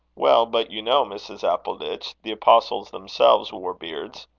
well, but you know, mrs. appleditch, the apostles themselves wore beards.